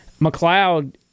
McLeod